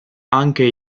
anche